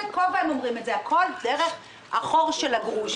הכל דרך החור של הגרוש.